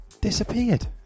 disappeared